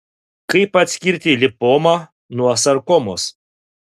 kaip atskirti lipomą nuo sarkomos